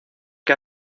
que